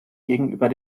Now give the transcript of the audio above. gegenüber